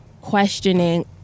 questioning